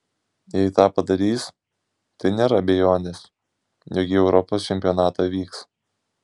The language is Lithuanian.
jei tą padarys tai nėra abejonės jog į europos čempionatą vyks